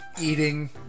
eating